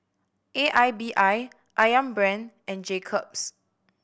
A I B I Ayam Brand and Jacob's